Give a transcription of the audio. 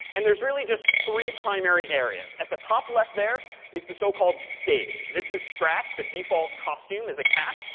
and there's really just three primary areas. at the top left there is the so-called stage. this is scratch. the default costume is a cat.